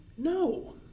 No